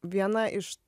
viena iš